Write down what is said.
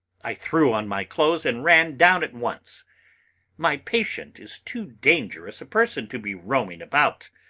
i threw on my clothes and ran down at once my patient is too dangerous a person to be roaming about.